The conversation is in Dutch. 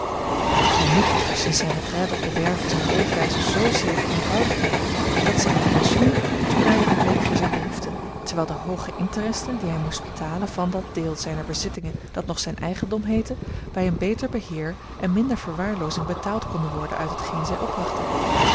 hij moet echter sinds zijne retraite op de werve zijne leefwijze zoozeer vereenvoudigd hebben dat zijn pensioen toereikend bleek voor zijne behoeften terwijl de hooge interesten die hij moest betalen van dat deel zijner bezittingen dat nog zijn eigendom heette bij een beter beheer en minder verwaarloozing betaald konden worden uit hetgeen zij opbrachten